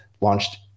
launched